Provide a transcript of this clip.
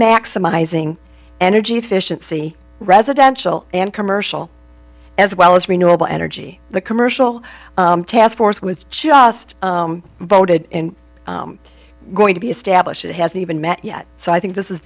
maximizing energy efficiency residential and commercial as well as renewable energy the commercial task force was just voted going to be established it has even met yet so i think this is